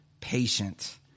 patient